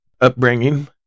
upbringing